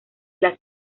las